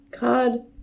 God